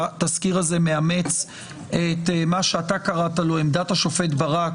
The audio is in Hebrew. התזכיר הזה מאמץ את מה שאתה קראת לו עמדת השופט ברק